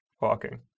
walking